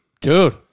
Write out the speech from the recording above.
dude